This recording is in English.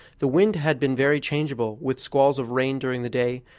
the wind had been very changeable, with squalls of rain during the day,